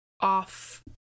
off